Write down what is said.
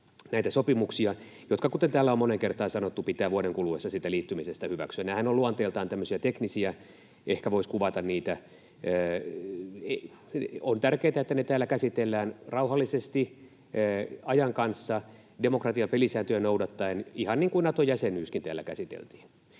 näitä sopimuksia, jotka — kuten täällä on moneen kertaan sanottu — pitää vuoden kuluessa siitä liittymisestä hyväksyä. Nämähän ovat luonteeltaan tämmöisiä teknisiä, näin ehkä voisi kuvata niitä. On tärkeätä, että ne täällä käsitellään rauhallisesti, ajan kanssa, demokratian pelisääntöjä noudattaen, ihan niin kuin Nato-jäsenyyskin täällä käsiteltiin.